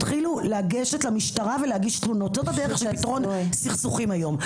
התחילו לגשת למשטרה ולהגיש תלונות זה הדרך לפתרון סכסוכים היום.